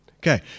Okay